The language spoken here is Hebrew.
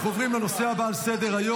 אנחנו עוברים לנושא הבא על סדר-היום